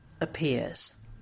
appears